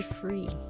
free